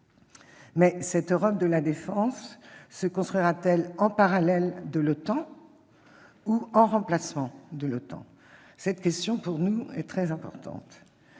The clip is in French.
Mais cette Europe de la défense se construira-t-elle en parallèle de l'OTAN ou en remplacement de celle-ci ? Cette question nous semble très importante.